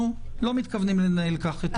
אני לא מתכוון להתנהל כך.